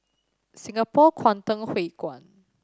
Singapore Kwangtung Hui Kuan